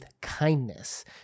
kindness